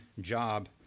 job